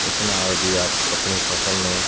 ਇਸ ਨਾਲ ਵੀ ਆਪ ਆਪਣੀ ਫ਼ਸਲ ਨੂੰ